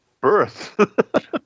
birth